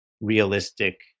realistic